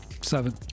Seven